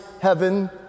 heaven